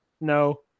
No